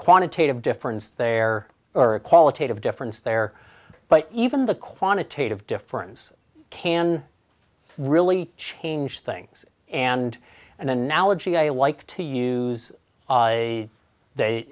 quantitative difference there or a qualitative difference there but even the quantitative difference can really change things and an analogy i like to use